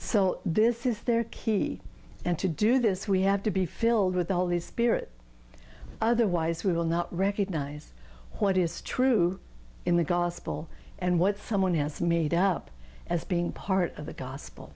so this is their key and to do this we have to be filled with all these spirit otherwise we will not recognize what is true in the gospel and what someone has made up as being part of the gospel